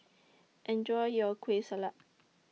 Enjoy your Kueh Salat